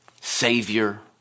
savior